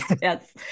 Yes